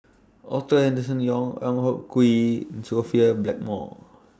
Arthur Henderson Young En Hock Hwee and Sophia Blackmore